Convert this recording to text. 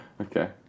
Okay